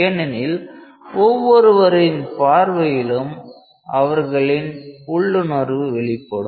ஏனெனில் ஒவ்வொருவரின் பார்வையிலும் அவர்களின் உள்ளுணர்வு வெளிப்படும்